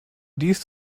dies